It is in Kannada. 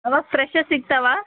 ಅವ ಫ್ರೆಶ್ಶೆ ಸಿಗ್ತಾವ